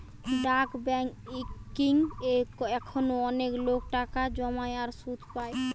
ডাক বেংকিং এ এখনো অনেক লোক টাকা জমায় আর সুধ পায়